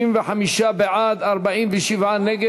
55 בעד, 47 נגד